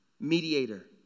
mediator